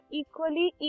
equally